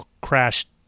crashed